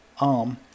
arm